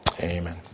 Amen